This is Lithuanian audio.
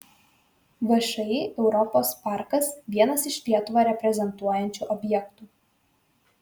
všį europos parkas vienas iš lietuvą reprezentuojančių objektų